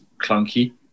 clunky